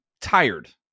tired